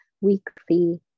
weekly